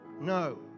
No